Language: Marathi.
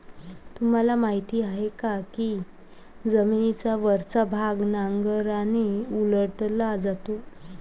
तुम्हाला माहीत आहे का की जमिनीचा वरचा भाग नांगराने उलटला जातो?